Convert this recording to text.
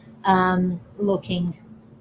Looking